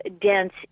dense